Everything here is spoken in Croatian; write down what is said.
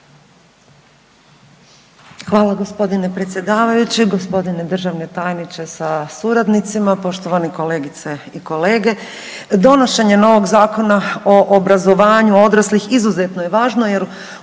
Hvala g. predsjedavajući, g. državni tajniče sa suradnicima, poštovane kolegice i kolege. Donošenje novog Zakona o obrazovanju odraslih izuzetno je važno jer